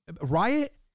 riot